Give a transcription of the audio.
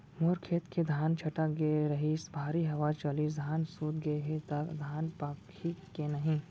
मोर खेत के धान छटक गे रहीस, भारी हवा चलिस, धान सूत गे हे, त धान पाकही के नहीं?